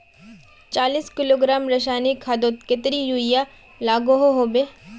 चालीस किलोग्राम रासायनिक खादोत कतेरी यूरिया लागोहो होबे?